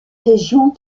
régions